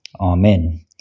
Amen